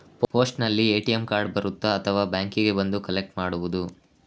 ಪೋಸ್ಟಿನಲ್ಲಿ ATM card ಬರುತ್ತಾ ಅಥವಾ ಬ್ಯಾಂಕಿಗೆ ಬಂದು ಕಲೆಕ್ಟ್ ಮಾಡುವುದು?